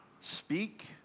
speak